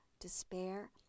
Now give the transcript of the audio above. despair